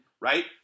right